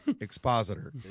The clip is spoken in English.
expositor